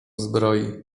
zbroi